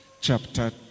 chapter